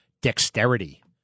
dexterity